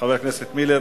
חבר הכנסת מילר,